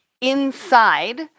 inside